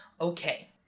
Okay